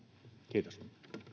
kiitos